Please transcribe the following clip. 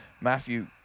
Matthew